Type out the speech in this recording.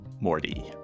Morty